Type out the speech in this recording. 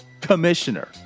commissioner